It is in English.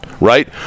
Right